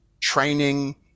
training